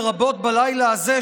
לרבות בלילה הזה,